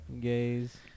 Gays